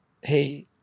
hey